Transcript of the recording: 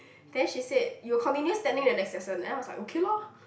then she said you continue standing the next lesson then I was like okay loh